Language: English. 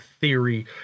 theory